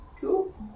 Cool